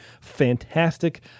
Fantastic